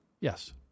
yes